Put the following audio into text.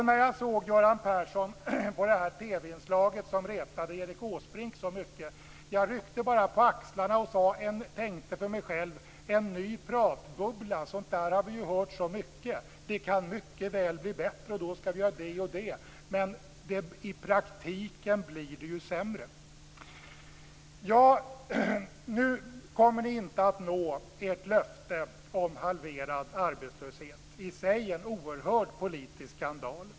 När jag såg Göran Persson i det TV-inslag som retade Erik Åsbrink så mycket, så ryckte jag bara på axlarna och tänkte för mig själv: En ny pratbubbla. Sådant har vi ju hört så mycket. Man säger: Det kan mycket väl bli bättre, och då skall vi göra det och det. Men i praktiken blir det ju sämre. Nu kommer ni inte att nå ert löfte om halverad arbetslöshet - i sig en oerhörd politisk skandal.